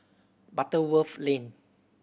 Butterworth Lane